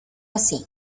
así